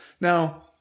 Now